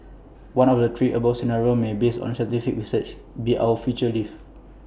one of the three above scenarios may based on scientific research be our future lives